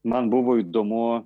man buvo įdomu